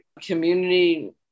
community